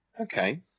Okay